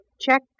check